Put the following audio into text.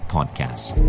Podcast